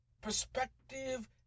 perspective